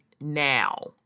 now